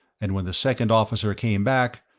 and when the second officer came back,